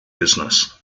business